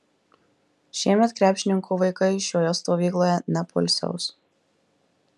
šiemet krepšininko vaikai šioje stovykloje nepoilsiaus